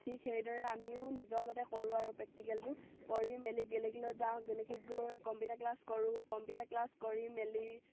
ঠিক সেইদৰে আমিও নিজৰ মতে কৰোঁ আৰু প্ৰেক্টিকেলটো কৰি মেলি গেলেকীলৈ যাওঁ গেলেকীত গৈ কম্পিউটাৰ ক্লাছ কৰোঁ কম্পিউটাৰ ক্লাছ কৰি মেলি